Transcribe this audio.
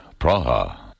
Praha